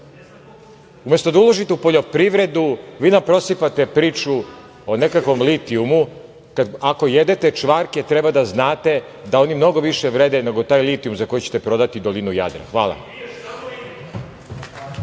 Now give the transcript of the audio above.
Umesto da uložite u poljoprivredu, vi nam prosipate priču o nekakvom litijuma. Ako jedete čvarke, treba da znate da oni mnogo više vrede, nego taj litijum za koji ćete prodati dolinu Jadra. Hvala.